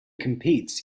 competes